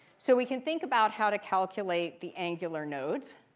so we can think about how to calculate the angular nodes.